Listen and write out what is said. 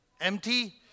Empty